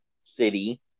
city